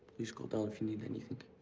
please call down if you need anything.